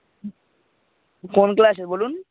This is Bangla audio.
কোন ক্লাসের বলুন